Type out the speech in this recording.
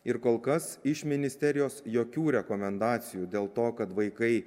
ir kol kas iš ministerijos jokių rekomendacijų dėl to kad vaikai